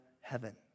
heaven